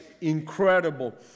incredible